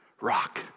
rock